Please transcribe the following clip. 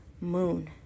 moon